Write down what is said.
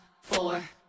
four